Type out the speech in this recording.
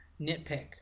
nitpick